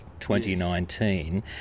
2019